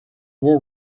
world